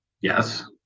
Yes